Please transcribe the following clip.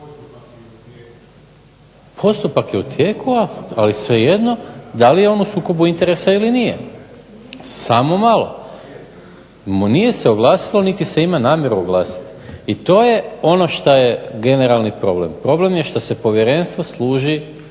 Postupak je u tijeku, ali svejedno da li je on u sukobu interesa ili nije? Samo malo, nije se oglasilo niti se ima namjeru oglasiti. I to je ono što je generalni problem. Problem je što se povjerenstvo služi